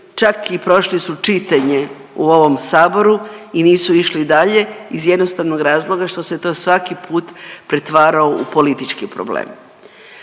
čak i prošli su čitanje u ovom Saboru i nisu išli dalje iz jednostavnog razloga što se to svaki put pretvarao u politički problem,